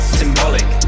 symbolic